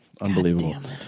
unbelievable